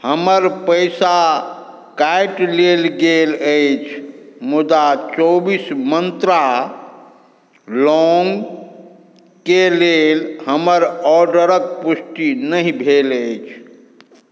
हमर पैसा काटि लेल गेल अछि मुदा चौबीस मंत्रा लौंग के लेल हमर ऑर्डरक पुष्टि नहि भेल अछि